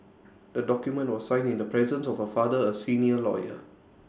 the document was signed in the presence of her father A senior lawyer